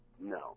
no